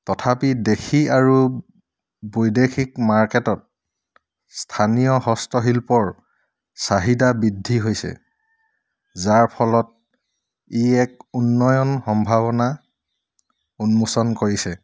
তথাপি দেশী আৰু বৈদেশিক মাৰ্কেটত স্থানীয় হস্তশিল্পৰ চাহিদা বৃদ্ধি হৈছে যাৰ ফলত ই এক উন্নয়ন সম্ভাৱনা উন্মোচন কৰিছে